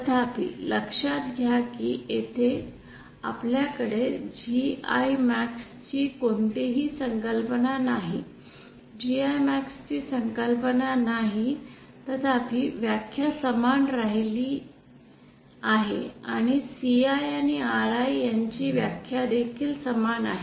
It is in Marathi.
तथापि लक्षात घ्या की येथे आपल्याकडे GImax ची कोणतीही संकल्पना नाही GImax ची संकल्पना नाही तथापि व्याख्या समान राहिली आहे आणि Ci आणि Ri यांची व्याख्या देखील समान आहे